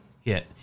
hit